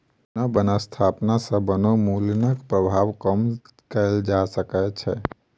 पुनः बन स्थापना सॅ वनोन्मूलनक प्रभाव कम कएल जा सकै छै